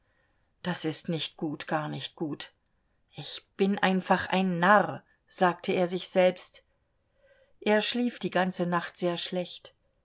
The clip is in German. das ist nicht gut gar nicht gut ich bin einfach ein narr sagte er sich selbst er schlief die ganze nacht sehr schlecht